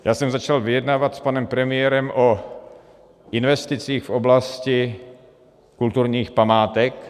Já jsem začal vyjednávat s panem premiérem o investicích v oblasti kulturních památek.